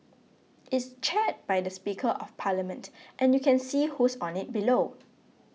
it's chaired by the speaker of parliament and you can see who's on it below